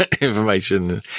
information